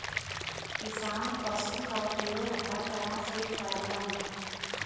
किसान पसु क उपयोग हर तरह से करलन